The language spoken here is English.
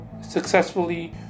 successfully